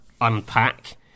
unpack